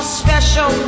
special